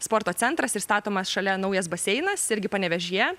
sporto centras ir statomas šalia naujas baseinas irgi panevėžyje